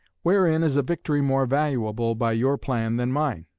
wherein is a victory more valuable by your plan than mine?